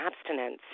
abstinence